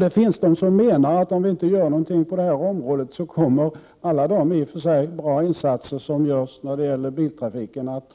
Det finns de som menar att om vi inte gör någonting på det här området, kommer alla de i och för sig bra insatser som görs när det gäller biltrafiken att